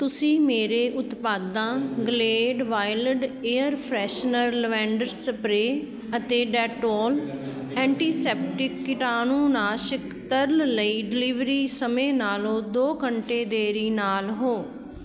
ਤੁਸੀਂ ਮੇਰੇ ਉਤਪਾਦਾਂ Glade wild air freshener lavender spray ਅਤੇ ਡੈਟੋਲ ਐਂਟੀਸੈਪਟਿਕ ਕੀਟਾਣੂਨਾਸ਼ਕ ਤਰਲ ਲਈ ਡਿਲੀਵਰੀ ਸਮੇਂ ਨਾਲੋਂ ਦੋ ਘੰਟੇ ਦੇਰੀ ਨਾਲ ਹੋ